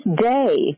day